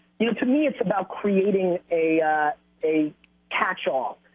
you to me, it's about creating a a catch all,